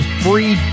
free